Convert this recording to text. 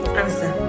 answer